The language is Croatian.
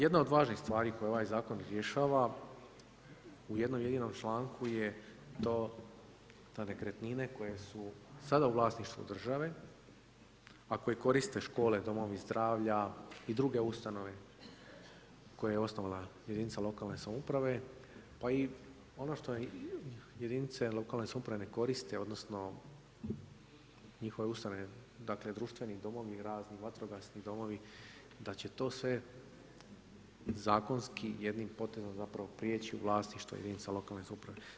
Jedna od važnih stvari koje ovaj Zakon rješava u jednom-jedinom članku je to da nekretnine koje su sada u vlasništvu države, a koje koriste škole, domovi zdravlja i druge ustanove koje je osnovala jedinca lokalne samouprave pa i ono što je jedinice lokalne samouprave ne koriste, odnosno njihove ustanove, dakle društveni domovi razni, vatrogasni domovi da će to sve zakonski jednim potezom zapravo prijeći u vlasništvo jedinica lokalne samouprave.